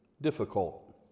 difficult